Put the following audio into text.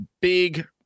big